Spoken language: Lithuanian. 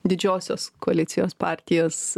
didžiosios koalicijos partijos